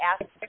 ask